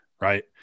right